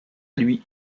lui